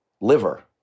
liver